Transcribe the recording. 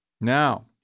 Now